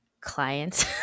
clients